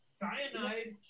cyanide